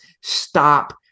stop